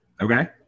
Okay